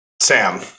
Sam